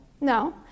No